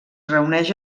reuneix